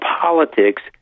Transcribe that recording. politics